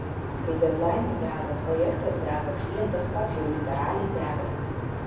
kai dedlainai dega projektas dega klientas pats jau literaliai dega